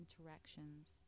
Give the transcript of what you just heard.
interactions